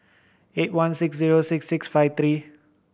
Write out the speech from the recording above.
eight one six zero six six five three